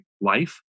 life